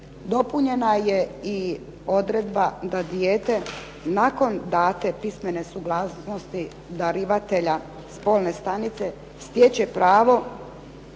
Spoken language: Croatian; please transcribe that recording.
Dopunjena je i odredba da dijete nakon date pismene suglasnosti darivatelja spolne stanice stječe pravo